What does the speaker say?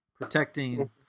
Protecting